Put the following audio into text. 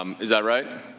is that right?